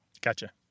Gotcha